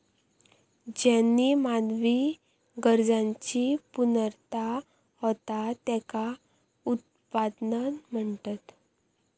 ज्येनीं मानवी गरजांची पूर्तता होता त्येंका उत्पादन म्हणतत